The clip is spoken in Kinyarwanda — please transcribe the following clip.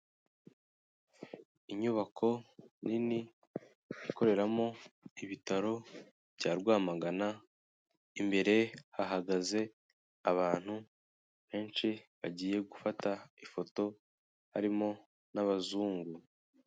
Inyubako nini ikoreramo ibitaro bya Rwamagana, imbere hahagaze abantu benshi bagiye gufata ifoto harimo n'abazungu.